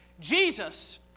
Jesus